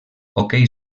hoquei